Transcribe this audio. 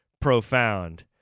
profound